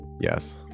yes